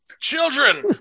Children